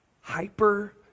Hyper